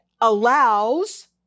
allows